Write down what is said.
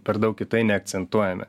per daug neakcentuojame